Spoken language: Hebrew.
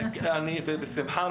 בשמחה.